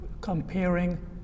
comparing